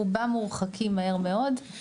רובם מורחקים מהר מאוד.